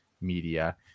media